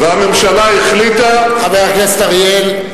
חבר הכנסת אריאל.